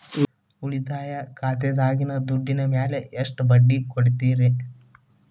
ಉಳಿತಾಯ ಖಾತೆದಾಗಿನ ದುಡ್ಡಿನ ಮ್ಯಾಲೆ ಎಷ್ಟ ಬಡ್ಡಿ ಕೊಡ್ತಿರಿ?